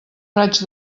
raig